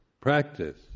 practice